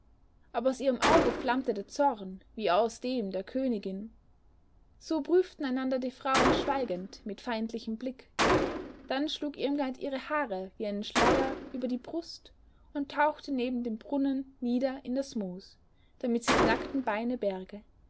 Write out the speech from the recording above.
aber aus ihrem auge flammte der zorn wie aus dem der königin so prüften einander die frauen schweigend mit feindlichen blicken dann schlug irmgard ihre haare wie einen schleier über die brust und tauchte neben dem brunnen nieder in das moos damit sie die nackten beine berge